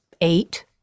eight